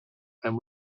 and